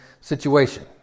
situation